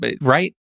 Right